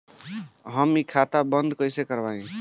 हम इ खाता बंद कइसे करवाई?